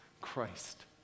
Christ